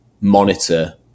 monitor